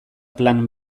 plan